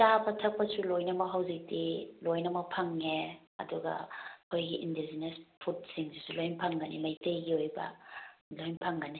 ꯆꯥꯕ ꯊꯛꯄꯁꯨ ꯂꯣꯏꯅꯃꯛ ꯍꯧꯖꯤꯛꯇꯤ ꯂꯣꯏꯅꯃꯛ ꯐꯪꯉꯦ ꯑꯗꯨꯒ ꯑꯩꯈꯣꯏꯒꯤ ꯏꯟꯗꯤꯖꯤꯅꯁ ꯐꯨꯗꯁꯤꯡꯁꯨ ꯂꯣꯏ ꯐꯪꯒꯅꯤ ꯃꯩꯇꯩꯒꯤ ꯑꯣꯏꯕ ꯂꯣꯏ ꯐꯪꯒꯅꯤ